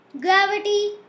gravity